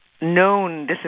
known